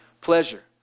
pleasure